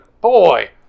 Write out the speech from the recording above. boy